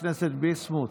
חבר הכנסת ביסמוט,